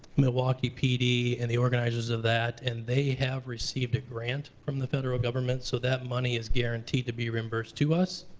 milwaukee pd, and the organizers of that. and they have received a grant from the federal government, so that money is guaranteed to be reimbursed to us.